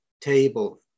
table